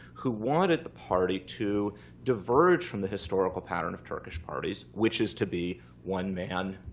who wanted the party to diverge from the historical pattern of turkish parties, which is to be one man.